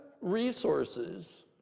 resources